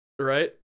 Right